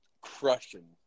crushing